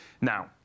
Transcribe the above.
Now